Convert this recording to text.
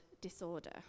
disorder